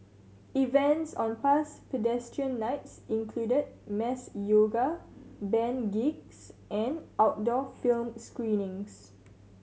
events on past Pedestrian Nights included mass yoga band gigs and outdoor film screenings